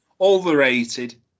overrated